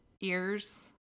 ears